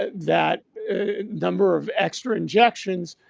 ah that number of extra injections,